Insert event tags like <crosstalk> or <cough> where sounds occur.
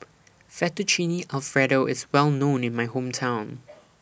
Fettuccine Alfredo IS Well known in My Hometown <noise>